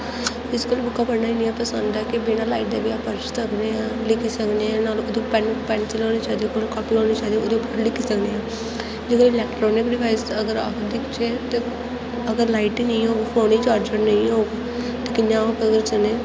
physical बुक्कां पढ़ना मीं पसंद ऐ के बिना लाईट दे बी पढ़ी सकने आं लिक्खी सकने हा कोल पैन्न पैन्सल होनी चाहिदी कापी होनी चाहिदी ओहदे उप्पर लिक्खी सकने आं जेकर इलैक्ट्रानिक डिवाइस अगर अस दिक्खचै ते अगर लाईट ही नेईं होग फोन ही चार्जर नेईं होग ते कि'यां ओहदे च उ'नें